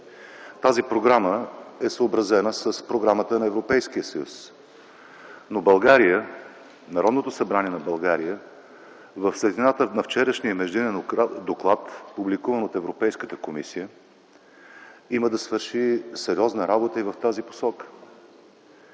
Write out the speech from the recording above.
Тази програма е съобразена с Програмата на Европейския съюз, но България, Народното събрание на България, в светлината на вчерашния Междинен доклад, публикуван от Европейската комисия, има да свърши сериозна работа и в тази посока.